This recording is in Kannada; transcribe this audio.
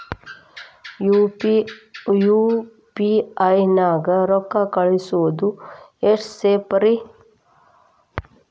ಯು.ಪಿ.ಐ ನ್ಯಾಗ ರೊಕ್ಕ ಕಳಿಸೋದು ಎಷ್ಟ ಸೇಫ್ ರೇ?